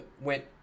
went